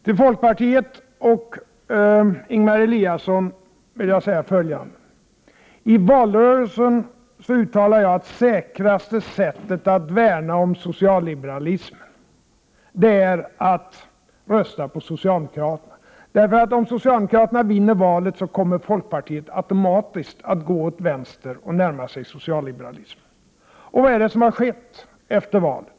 Till folkpartiet och Ingemar Eliasson vill jag säga följande. I valrörelsen uttalade jag att säkraste sättet att värna om socialliberalismen är att rösta på socialdemokraterna. Om socialdemokraterna skulle vinna valet kommer folkpartiet automatiskt att gå åt vänster och närma sig socialliberalismen. Vad är det som har skett efter valet?